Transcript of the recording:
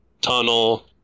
tunnel